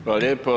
Hvala lijepo.